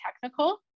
technical